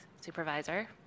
Supervisor